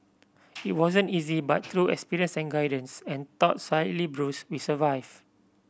it wasn't easy but through experience and guidance and though slightly bruised we survive